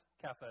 Cafe